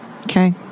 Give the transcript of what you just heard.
Okay